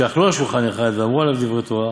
שאכלו על שולחן אחד ואמרו עליו דברי תורה,